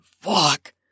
fuck